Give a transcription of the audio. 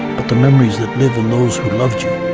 but the memories that live in those who loved you.